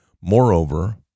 Moreover